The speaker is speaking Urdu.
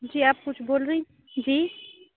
جی آپ کچھ بول رہی جی